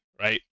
right